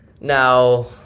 now